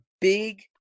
big